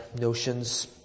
notions